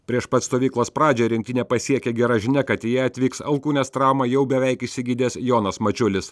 prieš pat stovyklos pradžią rinktinę pasiekė gera žinia kad į ją atvyks alkūnės traumą jau beveik išsigydęs jonas mačiulis